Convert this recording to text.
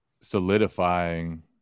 solidifying